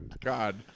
god